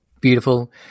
beautiful